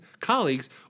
colleagues